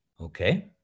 Okay